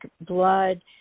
blood